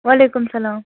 وعلیکُم السَلام